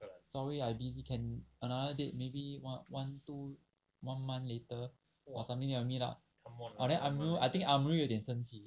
sorry I busy can another date maybe one two one month later or something I meet up then amil P I think amery P 有一点生气